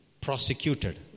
prosecuted